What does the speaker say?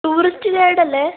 tourist guide അല്ലെ